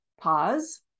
pause